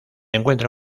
encuentra